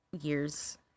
years